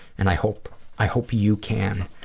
and i hope i hope you can,